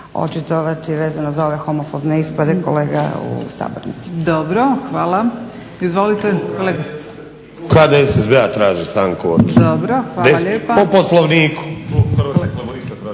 očitovati vezano za ove homofobne ispade kolega u sabornici.